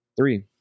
Three